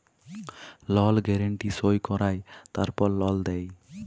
লল গ্যারান্টি সই কঁরায় তারপর লল দেই